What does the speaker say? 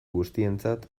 guztientzat